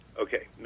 Okay